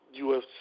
UFC